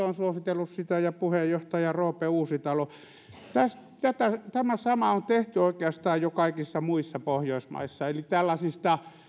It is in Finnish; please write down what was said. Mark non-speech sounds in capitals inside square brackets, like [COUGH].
[UNINTELLIGIBLE] on suositellut sitä ja puheenjohtaja roope uusitalo tämä sama on tehty oikeastaan jo kaikissa muissa pohjoismaissa eli tällaisista